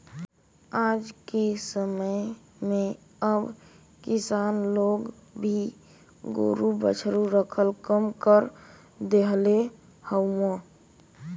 आजके समय में अब किसान लोग भी गोरु बछरू रखल कम कर देहले हउव